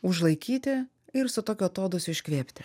užlaikyti ir su tokiu atodūsiu iškvėpti